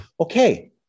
okay